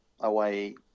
away